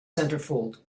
centerfold